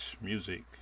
Music